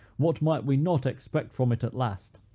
what might we not expect from it at last?